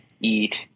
eat